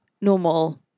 normal